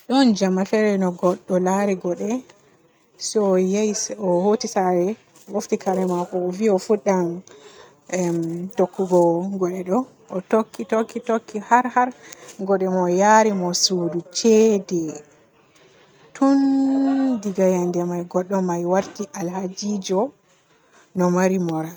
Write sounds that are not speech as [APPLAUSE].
[NOISE] ɗon jemma fere no godɗo laari goode se o ye se o hooti saare o bofti kare maako kare maako o vi o fuddan emm tokkugo ngoliɗo. O tokki tokki tokki har har yaarimo suudu ceede. Tunnn diga yende may godɗo may waarti alhajijo mo mari moral.